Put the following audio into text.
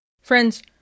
Friends